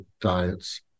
diets